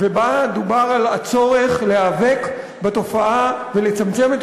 ובה דובר על הצורך להיאבק בתופעה ולצמצם את